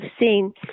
seen